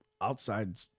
outside